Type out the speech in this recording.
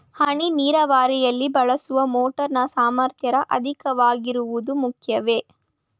ಹನಿ ನೀರಾವರಿಯಲ್ಲಿ ಬಳಸುವ ಮೋಟಾರ್ ನ ಸಾಮರ್ಥ್ಯ ಅಧಿಕವಾಗಿರುವುದು ಮುಖ್ಯವೇ?